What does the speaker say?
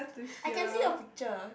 I can see your picture